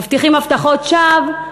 מבטיחים הבטחות שווא,